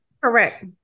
Correct